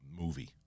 movie